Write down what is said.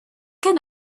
can